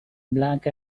black